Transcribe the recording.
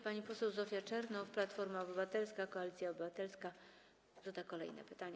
Pani poseł Zofia Czernow, Platforma Obywatelska - Koalicja Obywatelska, zada kolejne pytanie.